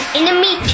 enemy